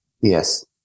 Yes